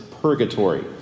Purgatory